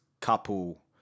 couple